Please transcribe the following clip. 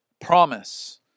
Promise